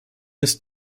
ist